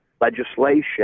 legislation